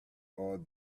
all